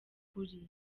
ukuri